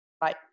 Bye